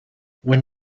when